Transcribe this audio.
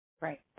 Right